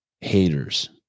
haters